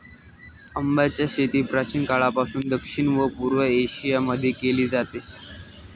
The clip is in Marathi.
आंब्याची शेती प्राचीन काळापासून दक्षिण पूर्व एशिया मध्ये केली जाते